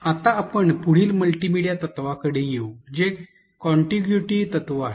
आता आपण पुढील मल्टीमीडिया तत्त्वाकडे येऊ जे कॉन्टिग्युएटी तत्त्व आहे